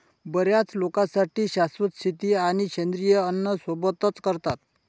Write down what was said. बर्याच लोकांसाठी शाश्वत शेती आणि सेंद्रिय अन्न सोबतच करतात